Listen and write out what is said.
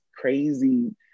crazy